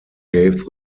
gave